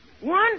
One